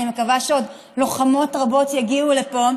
אני מקווה שעוד לוחמות רבות יגיעו לפה,